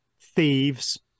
thieves